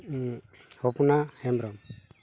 Hopna Hembrom